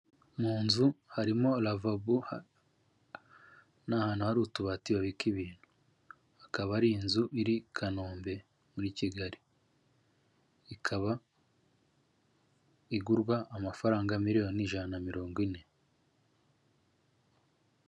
Mu nzu harimo ravabo, n'ahantu hari utubati babika ibintu, akaba ari inzu iri Kanombe muri Kigali ikaba igurwa amafaranga miliyoni ijana na mirongo ine.